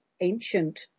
ancient